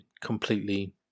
completely